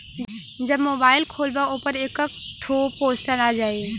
जब मोबाइल खोल्बा ओपर एक एक ठो पोस्टर आ जाई